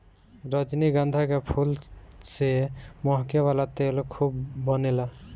रजनीगंधा के फूल से महके वाला तेल खूब बनेला